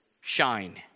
Shine